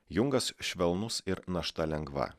jungas švelnus ir našta lengva